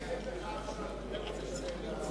אני עד לכך שאדוני לא משנה את דעתו.